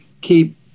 keep